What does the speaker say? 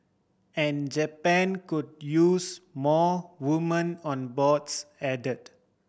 and Japan could use more woman on boards added